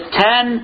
ten